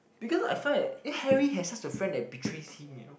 because I find that eh Harry has a friend that betrays him you know